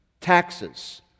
Taxes